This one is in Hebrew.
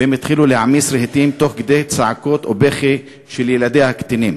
והם התחילו להעמיס רהיטים תוך כדי צעקות ובכי של ילדיה הקטינים.